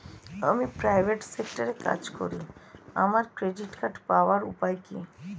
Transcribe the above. আমি প্রাইভেট সেক্টরে কাজ করি আমার ক্রেডিট কার্ড পাওয়ার উপায় কি?